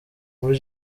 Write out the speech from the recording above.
muri